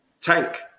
Tank